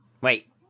Wait